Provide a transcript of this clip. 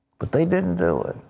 but they didn't do it.